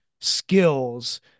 skills